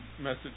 message